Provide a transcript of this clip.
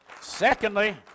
Secondly